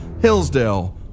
Hillsdale